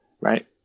right